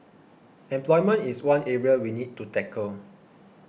employment is one area we need to tackle